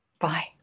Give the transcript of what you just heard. Bye